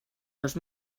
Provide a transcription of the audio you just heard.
dos